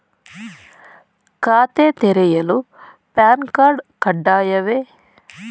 ಖಾತೆ ತೆರೆಯಲು PAN card ಕಡ್ಡಾಯವೇ?